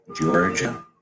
Georgia